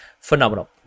phenomenal